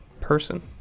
person